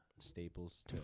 staples